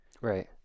Right